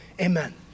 amen